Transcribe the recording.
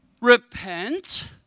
Repent